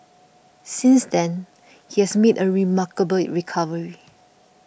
since then he has made a remarkable recovery